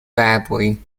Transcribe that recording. badly